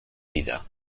vida